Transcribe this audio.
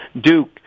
Duke